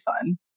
fun